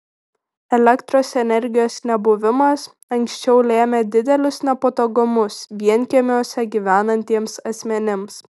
elektros energijos nebuvimas anksčiau lėmė didelius nepatogumus vienkiemiuose gyvenantiems asmenims